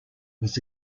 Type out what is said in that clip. was